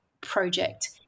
project